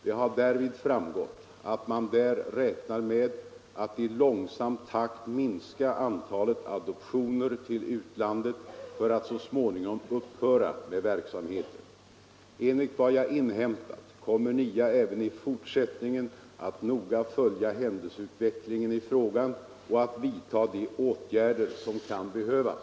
Det har därvid framgått att man där räknar med att i långsam takt minska antalet adoptioner till utlandet för att så småningom upphöra med verksamheten. Enligt vad jag inhämtat kommer NIA även i fortsättningen att noga följa händelseutvecklingen i frågan och att vidta de åtgärder som kan behövas.